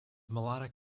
melodic